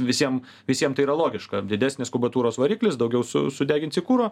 visiem visiem tai yra logiška didesnės kubatūros variklis daugiau su sudeginsi kuro